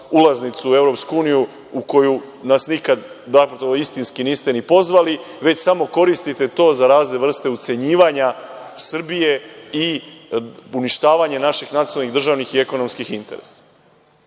ulaznicu u EU u koju nas nikad niste istinski ni pozvali, već samo koristite to za razne vrste ucenjivanja Srbije i uništavanja naših nacionalnih, državnih i ekonomskih interesa.I